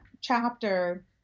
chapter